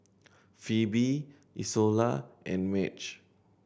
Pheobe Izola and Madge